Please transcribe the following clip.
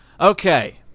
Okay